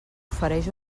ofereix